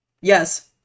Yes